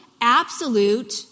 absolute